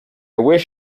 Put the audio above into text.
wish